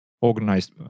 organized